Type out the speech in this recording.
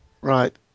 Right